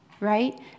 Right